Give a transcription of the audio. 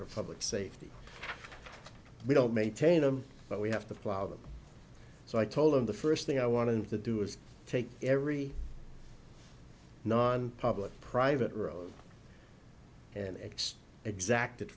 for public safety we don't maintain them but we have to plow them so i told them the first thing i wanted to do is take every non public private road and x exacted